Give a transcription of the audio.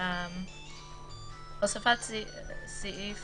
תיקון סעיף